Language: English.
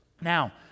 now